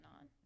on